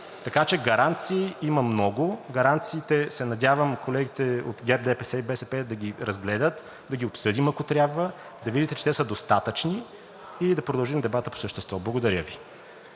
Така че гаранции има много, гаранциите, се надявам, колегите от ГЕРБ, ДПС и БСП да ги разгледат, да ги обсъдим, ако трябва, да видите, че те са достатъчни и да продължим дебата по същество. Благодаря Ви.